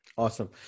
Awesome